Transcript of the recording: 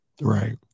Right